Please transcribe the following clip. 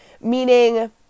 meaning